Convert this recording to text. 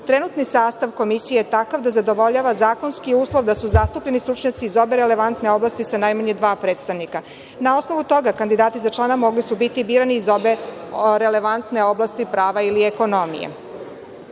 trenutni sastav Komisije je takav da zadovoljava zakonski uslov da su zastupljeni stručnjaci iz obe relevantne oblasti sa najmanje dva predstavnika. Na osnovu toga, kandidati za člana mogli su biti birani iz obe relevantne oblasti prava ili ekonomije. Prilikom